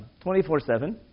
24-7